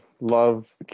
love